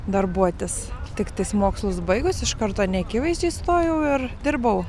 darbuotis tiktais mokslus baigus iš karto neakivaizdžiai stojau ir dirbau